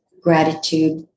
gratitude